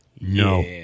No